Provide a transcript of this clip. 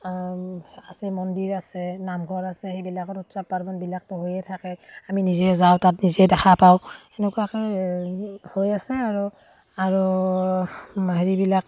আছে মন্দিৰ আছে নামঘৰ আছে সেইবিলাকত উৎসৱ পাৰ্বণবিলাকতো হৈয়ে থাকে আমি নিজেই যাওঁ তাত নিজেই দেখা পাওঁ সেনেকুৱাকৈ হৈ আছে আৰু আৰু হেৰিবিলাক